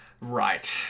Right